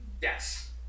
Yes